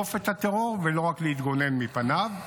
לרדוף את הטרור ולא רק להתגונן מפניו.